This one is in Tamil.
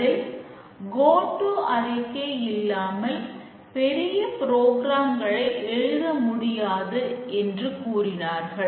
அதில் கோ ட்டு எழுத முடியாது என்று கூறினார்கள்